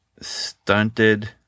stunted